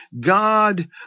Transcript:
God